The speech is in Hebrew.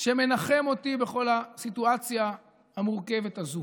שמנחם אותי בכל הסיטואציה המורכבת הזו.